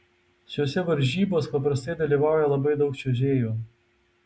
šiose varžybos paprastai dalyvauja labai daug čiuožėjų